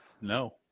No